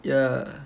yeah